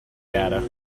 data